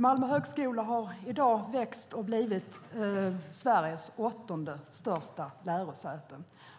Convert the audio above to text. Malmö högskola har i dag vuxit till Sveriges åttonde största lärosäte.